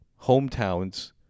hometowns